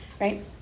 Right